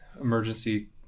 emergency